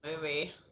movie